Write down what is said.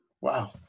Wow